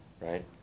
right